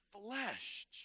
flesh